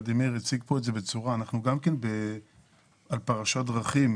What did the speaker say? אנחנו גם כן על פרשת דרכים.